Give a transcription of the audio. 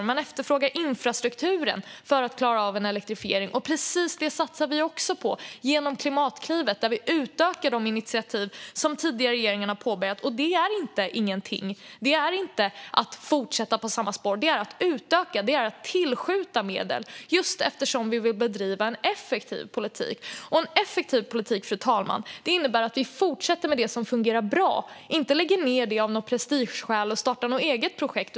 Man efterfrågar också infrastruktur för att klara av en elektrifiering, och precis detta satsar vi också på genom Klimatklivet, där vi utökar de initiativ som tidigare regeringar har påbörjat. Detta är inte ingenting. Detta är inte att fortsätta i samma spår, utan det är att utöka och tillskjuta medel, eftersom vi vill bedriva en effektiv politik. En effektiv politik, fru talman, innebär att vi fortsätter med det som fungerar bra, inte lägger ned av prestigeskäl och startar egna projekt.